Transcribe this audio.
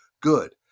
good